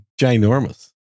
ginormous